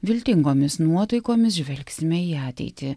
viltingomis nuotaikomis žvelgsime į ateitį